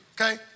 Okay